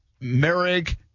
Merrick